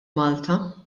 malta